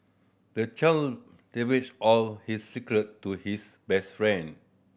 the child divulged all his secret to his best friend